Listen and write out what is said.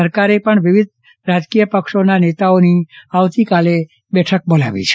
સરકારે પણ વિવિધ રાજકીય પક્ષોના નેતાઓની આવતીકાલે બેઠક બોલાવી છે